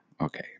Okay